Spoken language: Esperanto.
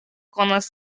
konas